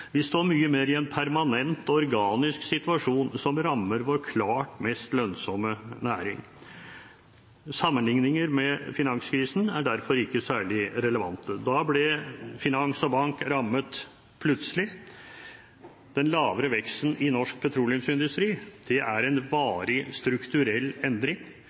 Vi står mye mer i en permanent, organisk situasjon som rammer vår klart mest lønnsomme næring. Sammenligninger med finanskrisen er derfor ikke særlig relevante. Da ble finans og bank rammet plutselig. Den lavere veksten i norsk petroleumsindustri er en varig, strukturell endring.